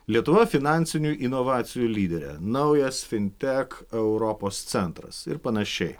lietuva finansinių inovacijų lyderė naujas fintek europos centras ir panašiai